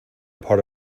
part